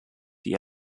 die